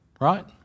Right